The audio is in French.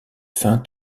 fin